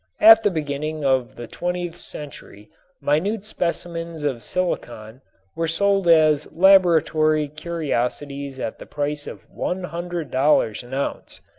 at the beginning of the twentieth century minute specimens of silicon were sold as laboratory curiosities at the price of one hundred dollars an ounce.